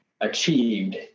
achieved